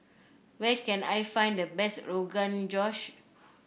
where can I find the best Rogan Josh